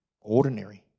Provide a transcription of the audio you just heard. ordinary